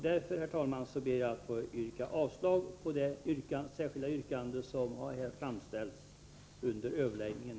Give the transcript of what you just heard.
Därför, herr talman, yrkar jag avslag på det särskilda yrkande som Martin Olsson framställt under överläggningen.